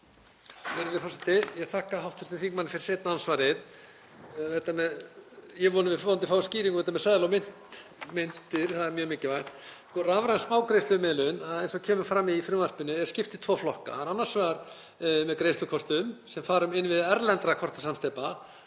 Þetta er mjög mikilvæg